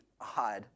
odd